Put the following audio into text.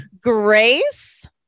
Grace